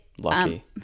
lucky